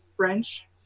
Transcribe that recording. French